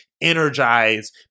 energize